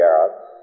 Arabs